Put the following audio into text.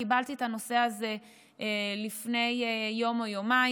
קיבלתי את הנושא הזה לפני יום או יומיים.